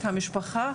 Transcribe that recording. את המשפחה,